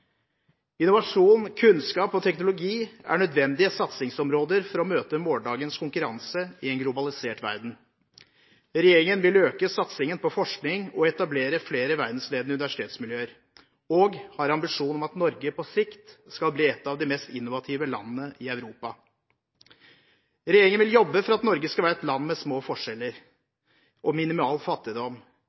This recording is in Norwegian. Innovasjon, kunnskap og teknologi er nødvendige satsingsområder for å møte morgendagens konkurranse i en globalisert verden. Regjeringen vil øke satsingen på forskning, etablere flere verdensledende universitetsmiljøer og har ambisjon om at Norge på sikt skal bli et av de mest innovative landene i Europa. Regjeringen vil jobbe for at Norge skal være et land med små forskjeller og minimal fattigdom.